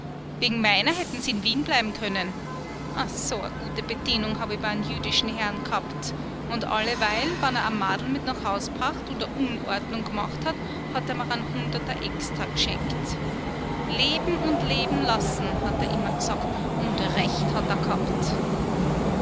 wegen meiner hätten s in wien bleiben können a so a gute bedienung hab i bei an jüdischen herrn g'habt und alleweil wann er a madl mit nach haus g'bracht und an unordnung g'macht hat hat er mir an hunderter extra g'schenkt leben und leben lassen hat er immer g'sagt und recht hat er g'habt